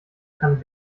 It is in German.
kann